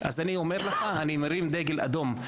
אני אומר לך שאני מרים דגל אדום,